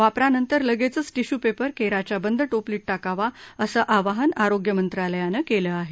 वापरानंतर लगेचच टिश्यूपेपर केराच्या बंद टोपलीत टाकावा असं आवाहन आरोग्य मंत्रालयानं केलं आहे